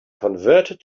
converted